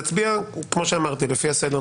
נצביע, כמו שאמרתי, לפי הסדר.